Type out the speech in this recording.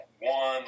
one